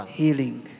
healing